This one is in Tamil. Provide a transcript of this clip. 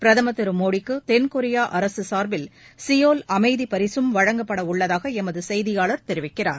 பிரதம் திரு மோடிக்கு தென்கொரியாக அரசு சார்பில் சியோல் அமைதி பரிசும் வழங்கப்பட உள்ளதாக எமது செய்தியாளர் தெரிவிக்கிறார்